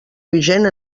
vigent